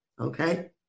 okay